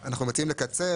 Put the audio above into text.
אנחנו מציעים לקצר